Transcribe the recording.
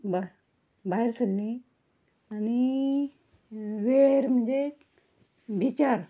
बा बायर सरलीं आनी वेळेर म्हणजे बिचार